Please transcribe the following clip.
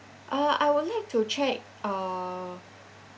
uh I would like to check uh